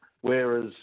Whereas